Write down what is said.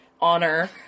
honor